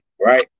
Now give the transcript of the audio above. right